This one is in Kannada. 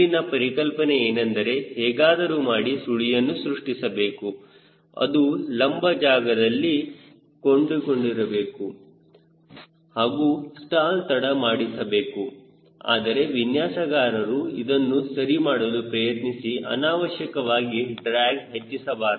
ಇಲ್ಲಿನ ಪರಿಕಲ್ಪನೆ ಏನೆಂದರೆ ಹೇಗಾದರೂ ಮಾಡಿ ಸುಳಿಯನ್ನು ಸೃಷ್ಟಿಸಬೇಕು ಅದು ಲಂಬ ಜಾಗದಲ್ಲಿ ಕೂಡಿಕೊಂಡಿರಬೇಕು ಹಾಗೂ ಸ್ಟಾಲ್ ತಡ ಮಾಡಿಸಬೇಕು ಆದರೆ ವಿನ್ಯಾಸಗಾರರು ಅದನ್ನು ಸರಿ ಮಾಡಲು ಪ್ರಯತ್ನಿಸಿ ಅನಾವಶ್ಯಕವಾಗಿ ಡ್ರ್ಯಾಗ್ ಹೆಚ್ಚಿಸಬಾರದು